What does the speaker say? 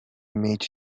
meet